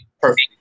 perfect